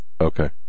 okay